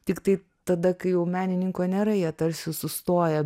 tiktai tada kai jau menininko nėra jie tarsi sustoja